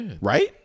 Right